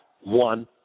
one